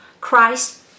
Christ